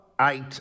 eight